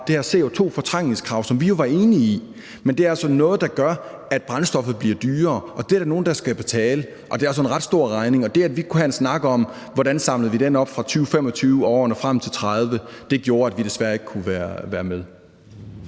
det her CO2-fortrængningskrav, som vi jo var enige i. Men det er altså noget, der gør, at brændstoffet bliver dyrere, og det er der nogen der skal betale. Det er altså en ret stor regning, og det, at vi ikke kunne have en snak om, hvordan man samler den op fra 2025 og i årene frem til 2030, gjorde, at Venstre desværre ikke kunne være med.